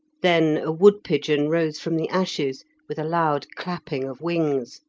then a wood-pigeon rose from the ashes with a loud clapping of wings.